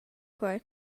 quei